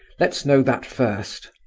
let's know that first?